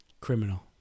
criminal